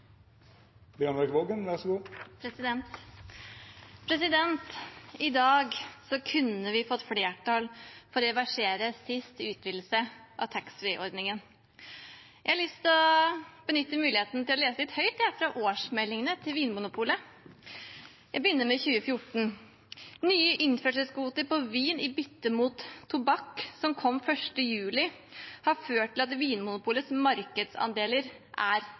I dag kunne vi fått flertall for å reversere den siste utvidelsen av taxfree-ordningen. Jeg har lyst å benytte muligheten til å lese høyt fra Vinmonopolets årsmeldinger. Jeg begynner med årsmeldingen for 2014: «Nye innførselskvoter på vin i bytte mot tobakk, som kom 1. juli 2014, har ført til at Vinmonopolets markedsandeler er